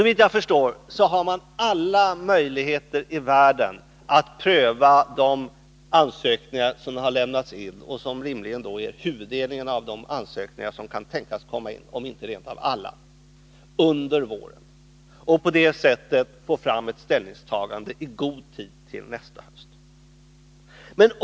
Såvitt jag förstår har man alla möjligheter i världen att under våren pröva de ansökningar som har lämnats in — och som rimligen är huvuddelen av de ansökningar som kan tänkas komma in, om inte rent av alla — och på det sättet få fram ett ställningstagande i god tid till nästa höst.